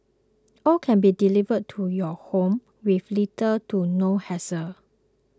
all can be delivered to your home with little to no hassle